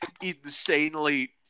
insanely